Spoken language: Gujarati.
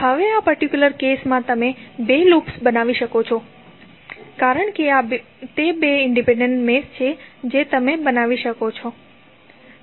હવે આ પર્ટિક્યુલર કેસ માં તમે બે લૂપ્સ બનાવી શકો છો કારણ કે આ તે બે ઇંડિપેંડેન્ટ મેશ છે જે તમે બનાવી શકો છો